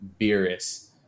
Beerus